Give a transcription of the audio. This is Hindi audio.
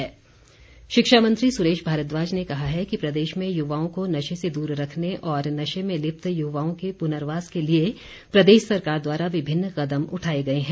सुरेश भारद्वाज शिक्षा मंत्री सुरेश भारद्वाज ने कहा है कि प्रदेश में युवाओं को नशे से दूर रखने तथा नशे में लिप्त युवाओं के पुनर्वास के लिए प्रदेश सरकार द्वारा विभिन्न कदम उठाए गए हैं